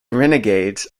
renegades